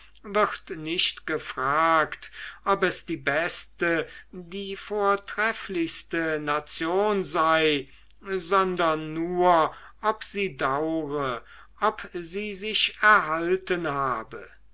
wird nicht gefragt ob es die beste die vortrefflichste nation sei sondern nur ob sie daure ob sie sich erhalten habe